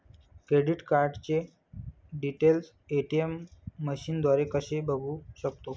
Credit कार्डचे details ATM मशीनद्वारे कसे बघू शकतो?